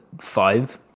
Five